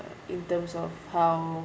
uh in terms of how